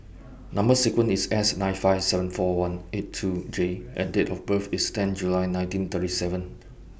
Number sequence IS S nine five seven four one eight two J and Date of birth IS ten July nineteen thirty seven